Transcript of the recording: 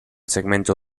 segmento